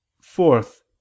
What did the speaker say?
fourth